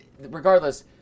regardless